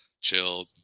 chill